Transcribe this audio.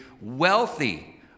wealthy